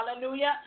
Hallelujah